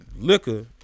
liquor